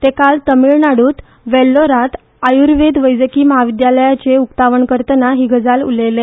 ते काल तामीळनाडुत वेल्छोरात आयुर्वेद वैजकी म्हाविद्यालयाचे उक्तावण करतना ही गजाल उलयले